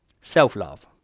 self-love